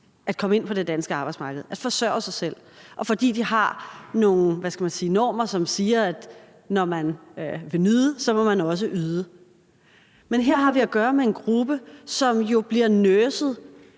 at komme ind på det danske arbejdsmarked, så de kan forsørge sig selv, og fordi de har nogle – hvad skal man sige – normer, som siger, at når man vil nyde, må man også yde. Men her har vi at gøre med en gruppe, som jo bliver nurset;